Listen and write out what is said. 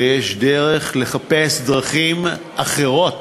ויש לחפש דרכים אחרות